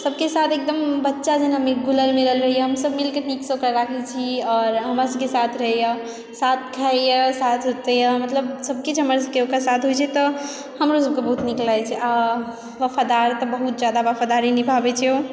सबके साथ एगदम बच्चा जेना घुलल मिलल रहैए सब मिलिकऽ नीकसँ ओकरा राखै छी आओर हमरा सबकेँ साथ रहैए साथ खाइए साथ सुतैए मतलब सबकिछु हमर सबके ओकर साथ होइत छै तऽ हमरो सबके बहुत नीक लागैए छै आओर वफादार तऽ बहुत जादा वफादारी निभाबैत छै ओ